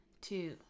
two